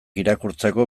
irakurtzeko